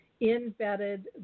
embedded